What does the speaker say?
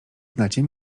znacie